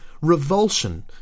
revulsion